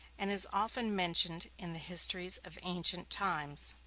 and is often mentioned in the histories of ancient times.